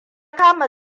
kama